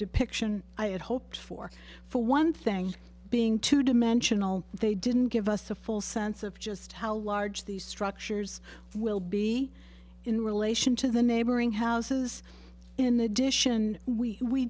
depiction i had hoped for for one thing being two dimensional they didn't give us the full sense of just how large these structures will be in relation to the neighboring houses in addition we